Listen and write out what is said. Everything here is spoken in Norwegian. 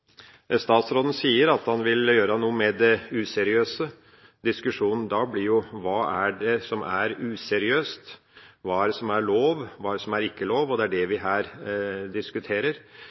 Statsråden sier at han vil gjøre noe med det useriøse. Diskusjonen da blir jo hva det er som er useriøst; hva det er som er lov, og hva det er som ikke er lov. Det er det vi her diskuterer.